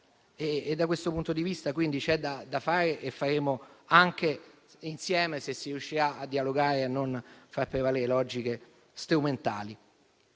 Da questo punto di vista, quindi, c'è da fare e lavoreremo anche insieme, se si riuscirà a dialogare e a non far prevalere logiche strumentali.